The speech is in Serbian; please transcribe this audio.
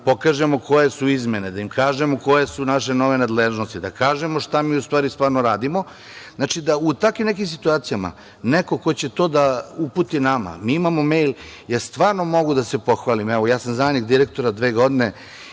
ljudima pokažemo koje su izmene, da im kažemo koje su naše nove nadležnosti, da kažemo šta mi u stvari stvarno radimo. Znači, da u takvim nekim situacijama, neko ko će to da uputi nama. Mi imamo mejl, jer stvarno mogu da se pohvalim, evo ja sam zamenik direktora dve godine